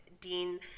Dean